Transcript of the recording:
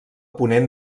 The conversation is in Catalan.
ponent